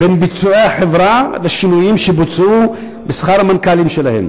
בין ביצועי החברה לשינויים שבוצעו בשכר המנכ"לים שלה.